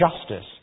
justice